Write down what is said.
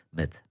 met